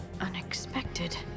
unexpected